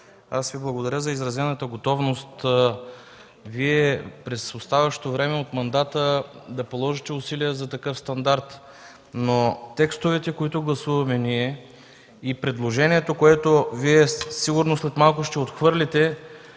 благодаря за изразената готовност през оставащото от мандата време да положите усилия за такъв стандарт, но текстовете, които гласуваме и предложението, което Вие сигурно след малко ще отхвърлите,